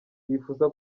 bifuza